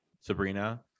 Sabrina